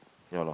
ya lor